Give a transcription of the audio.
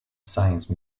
science